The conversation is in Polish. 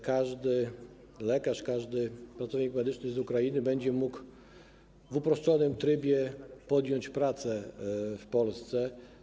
Każdy lekarz, każdy pracownik medyczny z Ukrainy będzie mógł w uproszczonym trybie podjąć pracę w Polsce.